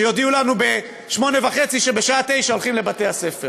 שיודיעו לנו ב-08:30 שבשעה 09:00 הולכים לבתי-הספר.